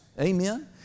Amen